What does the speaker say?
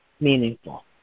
meaningful